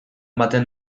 baten